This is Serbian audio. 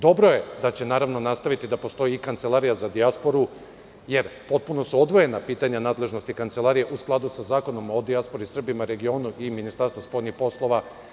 Dobro je da će naravno, nastaviti da postoji i Kancelarija za dijasporu, jer potpuno su odvojena pitanja nadležnosti Kancelarije u skladu sa Zakonom o dijaspori i Srbima u regionu i Ministarstva spoljnih poslova.